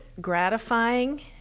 gratifying